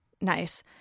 nice